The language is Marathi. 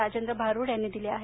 राजेंद्र भारुड यांनी दिले आहेत